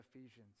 Ephesians